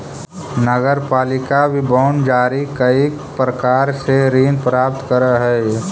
नगरपालिका भी बांड जारी कईक प्रकार से ऋण प्राप्त करऽ हई